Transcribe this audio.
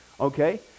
Okay